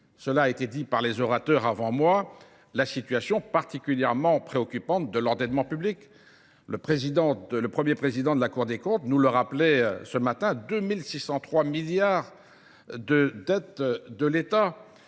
cela a été dit par les orateurs avant moi, la situation particulièrement préoccupante de l'ordonnement public. Le premier président de la Cour des Comptes nous le rappelait ce matin, 2 603 milliards de dette de l'État